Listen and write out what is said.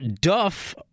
Duff